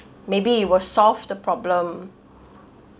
maybe it will solve the problem